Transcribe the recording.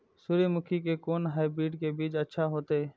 सूर्यमुखी के कोन हाइब्रिड के बीज अच्छा होते?